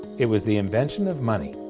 it was the invention of money.